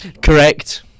Correct